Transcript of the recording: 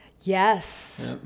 Yes